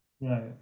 Right